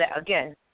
again